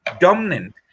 dominant